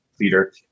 leader